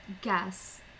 guess